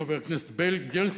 חבר הכנסת בילסקי,